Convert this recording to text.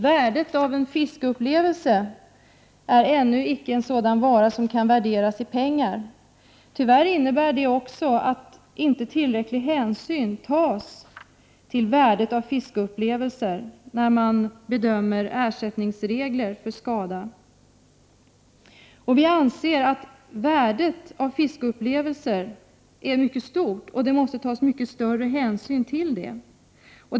Värdet av en fiskeupplevelse är ännu icke en sådan vara som kan värderas i pengar. Tyvärr innebär det också att inte tillräcklig hänsyn tas till värdet av fiskeupplevelser när man bedömer ersättning för Prot. 1988/89:125 skada. Vi anser att värdet av fiskeupplevelser är mycket stort och att mycket 31 maj 1989 större hänsyn måste tas härtill.